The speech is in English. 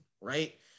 right